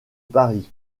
paris